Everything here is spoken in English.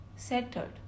Centered